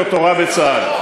הכנסת ספר תורה בצה"ל.